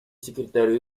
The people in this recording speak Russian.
секретарю